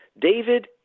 David